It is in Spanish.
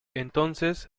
entonces